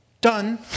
Done